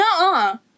no